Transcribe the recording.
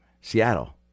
Seattle